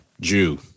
Jew